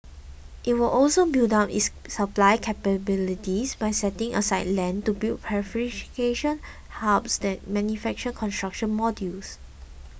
it will also build up its supply capabilities by setting aside land to build prefabrication hubs that manufacture construction modules